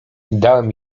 dałem